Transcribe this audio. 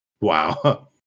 Wow